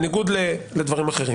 בניגוד לדברים אחרים